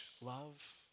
love